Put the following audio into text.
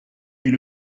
est